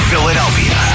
Philadelphia